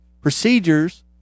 procedures